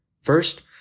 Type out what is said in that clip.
First